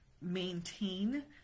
maintain